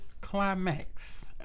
Climax